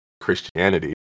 christianity